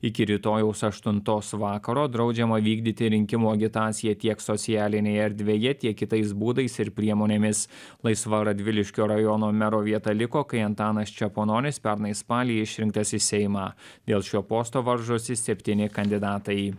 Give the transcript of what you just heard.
iki rytojaus aštuntos vakaro draudžiama vykdyti rinkimų agitaciją tiek socialinėje erdvėje tiek kitais būdais ir priemonėmis laisva radviliškio rajono mero vieta liko kai antanas čepononis pernai spalį išrinktas į seimą dėl šio posto varžosi septyni kandidatai